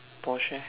porsche